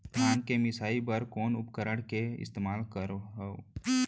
धान के मिसाई बर कोन उपकरण के इस्तेमाल करहव?